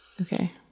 Okay